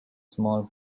small